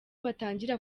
batangira